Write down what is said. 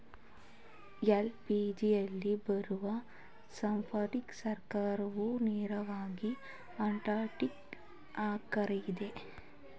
ಎಲ್.ಪಿ.ಜಿಯಲ್ಲಿ ಬರೋ ಸಬ್ಸಿಡಿನ ಸರ್ಕಾರ್ದಾವ್ರು ನೇರವಾಗಿ ಅಕೌಂಟ್ಗೆ ಅಕ್ತರೆ